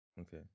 okay